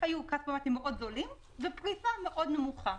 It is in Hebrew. היו כספומטים מאוד זולים ופריסה מאוד נמוכה.